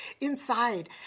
inside